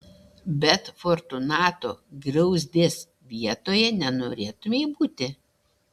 bet fortunato griauzdės vietoje nenorėtumei būti